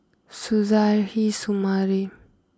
Suzairhe Sumari